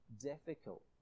difficult